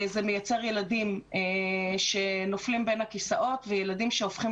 זה מייצר ילדים שנופלים בין הכיסאות וילדים שהופכים